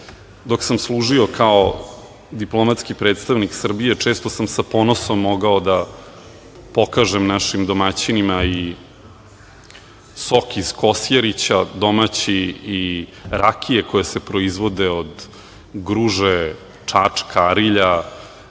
Dok sam služio kao diplomatski predstavnik Srbije, često sam sa ponosom mogao da pokažem našim domaćinima i sok iz Kosjerića, domaći, i rakije koje se proizvode od Gruže, Čačka, Arilja,